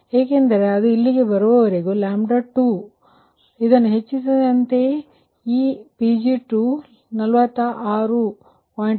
ಏಕೆಂದರೆ ಅದು ಇಲ್ಲಿಗೆ ಬರುವವರೆಗೆ ಈ 2 ರವರೆಗೆ ನೀವು ಇದನ್ನು ಹೆಚ್ಚಿಸಿದರೆ ಇದರ ಅರ್ಥವೇನೆಂದರೆ ಈ Pg2 46